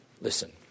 Listen